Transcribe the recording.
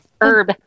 Herb